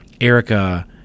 Erica